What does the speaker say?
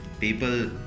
people